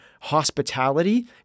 hospitality